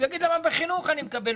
והוא יגיד: למה בחינוך אני מקבל,